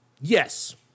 Yes